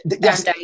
Yes